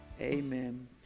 amen